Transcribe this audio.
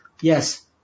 yes